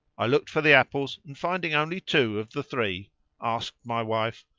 i looked for the apples and finding only two of the three asked my wife,